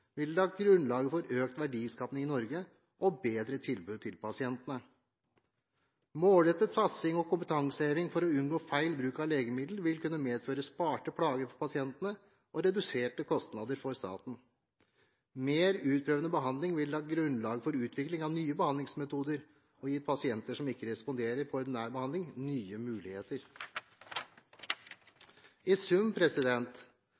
ville lagt grunnlaget for økt verdiskaping i Norge og bedre tilbud til pasientene. Målrettet satsing og kompetanseheving for å unngå feil bruk av legemiddel vil kunne medføre sparte plager for pasientene og reduserte kostnader for staten. Mer utprøvende behandling ville lagt grunnlaget for utvikling av nye behandlingsmetoder og gitt pasienter som ikke responderer på ordinær behandling, nye muligheter.